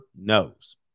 knows